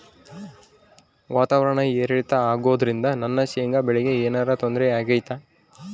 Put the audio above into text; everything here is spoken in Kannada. ವಾತಾವರಣ ಏರಿಳಿತ ಅಗೋದ್ರಿಂದ ನನ್ನ ಶೇಂಗಾ ಬೆಳೆಗೆ ಏನರ ತೊಂದ್ರೆ ಆಗ್ತೈತಾ?